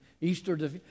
Easter